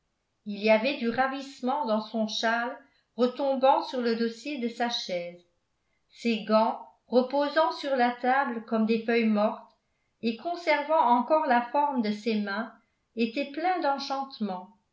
il y avait du ravissement dans son châle retombant sur le dossier de sa chaise ses gants reposant sur la table comme des feuilles mortes et conservant encore la forme de ses mains étaient pleins d'enchantement